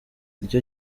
nicyo